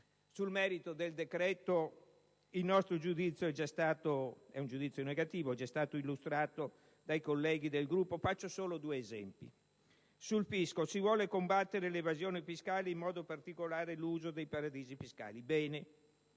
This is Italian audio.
Sul merito del decreto, il nostro giudizio è negativo ed è stato già illustrato dai colleghi del Gruppo; faccio solo due esempi. Sul fisco: si vuole combattere l'evasione fiscale e in modo particolare l'uso dei paradisi fiscali. Bene,